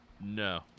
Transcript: No